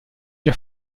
già